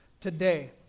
today